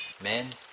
Men